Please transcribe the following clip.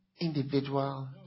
individual